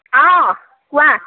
অঁ কোৱা